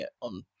on